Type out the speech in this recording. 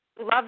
love